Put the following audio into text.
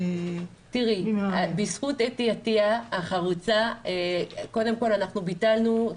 בזכות אתי עטיה החרוצה קודם כל אנחנו ביטלנו,